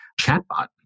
chatbot